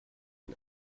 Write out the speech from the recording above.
ihn